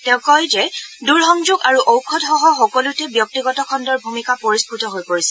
তেওঁ কয় যে দূৰসংযোগ আৰু ঔষধসহ সকলোতে ব্যক্তিগত খণ্ডৰ ভূমিকা পৰিস্ফুট হৈ পৰিছে